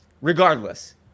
regardless